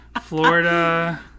Florida